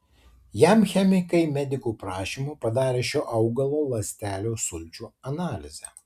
jam chemikai medikų prašymu padarė šio augalo ląstelių sulčių analizę